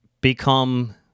become